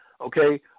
okay